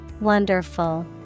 Wonderful